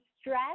Stress